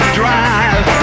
drive